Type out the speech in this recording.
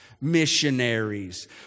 missionaries